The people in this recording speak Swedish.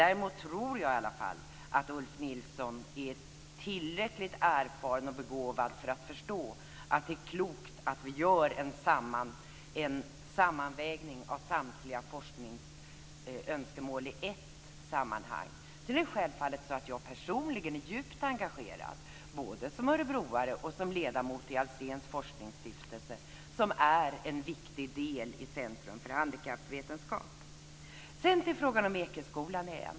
Däremot tror jag i alla fall att Ulf Nilsson är tillräckligt erfaren och begåvad för att förstå att det är klokt att vi gör en sammanvägning av samtliga forskningsönskemål i ett sammanhang. Sedan är det självfallet så att jag personligen är djupt engagerad både som Örebroare och som ledamot i Alséns forskningsstiftelse, som är en viktig del i Så vill jag återgå till frågan om Ekeskolan.